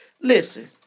listen